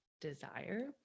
desire